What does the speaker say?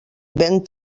ven